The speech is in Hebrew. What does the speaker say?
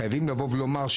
חייבים לבוא ולומר,